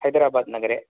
हैदराबाद् नगरे